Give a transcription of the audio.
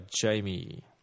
Jamie